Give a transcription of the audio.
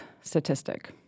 statistic